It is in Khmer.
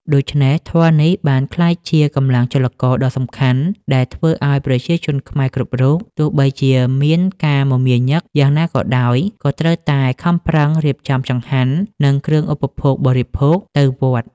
ដូច្នេះ ធម៌នេះបានក្លាយជាកម្លាំងចលករដ៏សំខាន់ ដែលធ្វើឱ្យប្រជាជនខ្មែរគ្រប់រូប ទោះបីជាមានការមមាញឹកយ៉ាងណាក៏ដោយ ក៏ត្រូវតែខំប្រឹងរៀបចំចង្ហាន់ និងគ្រឿងឧបភោគបរិភោគទៅវត្ត។